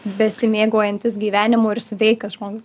besimėgaujantis gyvenimu ir sveikas žmogus